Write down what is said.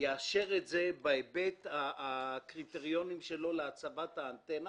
יאשר את זה בהיבט הקריטריונים שלו להצבת האנטנה